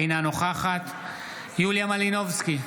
אינה נוכחת יוליה מלינובסקי,